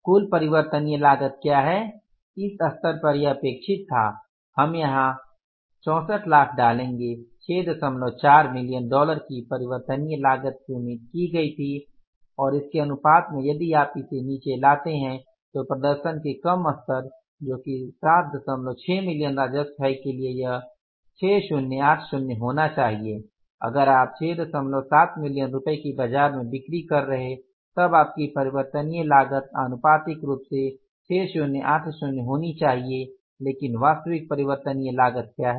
कुल परिवर्तनीय लागत क्या है इस स्तर यह अपेक्षित था हम यहां 6400000 डालेंगे 64 मिलियन डॉलर की परिवर्तनीय लागत की उम्मीद की गई थी और इसके अनुपात में यदि आप इसे नीचे लाते हैं तो प्रदर्शन के कम स्तर जो कि 76 मिलियन राजस्व है के लिए यह 6080 होना चाहिए अगर आप 76 मिलियन रुपये की बाज़ार में बिक्री कर रहे तब आपकी परिवर्तनीय लागत आनुपातिक रूप से 6080 होनी चाहिए लेकिन वास्तविक परिवर्तनीय लागत क्या है